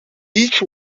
each